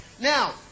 Now